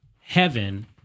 heaven